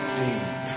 deep